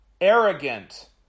arrogant